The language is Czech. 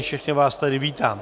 Všechny vás tady vítám.